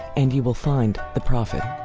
and you will find the prophet.